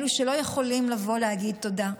אלו שלא יכולים לבוא להגיד תודה,